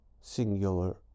singular